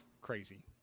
crazy